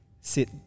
sit